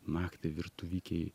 naktį virtuvikėj